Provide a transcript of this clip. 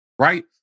Right